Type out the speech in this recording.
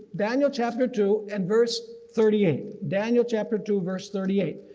daniel chapter two and verse thirty eight. daniel chapter two verse thirty eight.